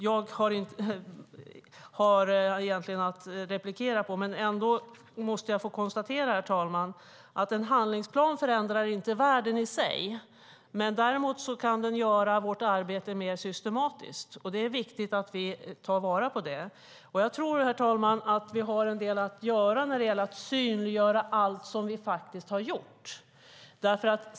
Jag har egentligen inte rätt att replikera på honom, men jag måste ändå, herr talman, få konstatera att en handlingsplan inte förändrar världen i sig men kan göra vårt arbete mer systematiskt, och det är viktigt att vi tar vara på det. Jag tror, herr talman, att vi har en del att göra när det gäller att synliggöra allt som vi faktiskt har gjort.